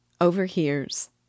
Overhears